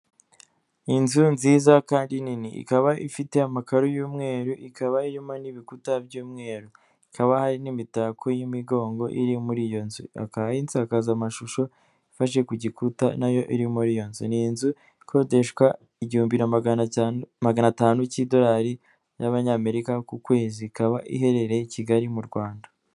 Inzu nziza kandi nini ikaba ifite amakaro y'umweru, ikaba irimo n'ibikuta by'umweru, ikaba hari n'imitako y'imigongo iri muri iyo nzu hakabaho insakazamashusho ifashe ku gikuta nayo iri muri iyo nzu, ni inzu ikodeshwa igihumbi na magana atanu cy'idolari y'abanyamerika ku kwezi, ikaba iherereye i Kigali mu Rwanda.